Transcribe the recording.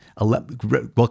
welcome